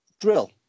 Drill